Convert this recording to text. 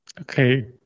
Okay